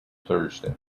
thursday